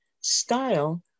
style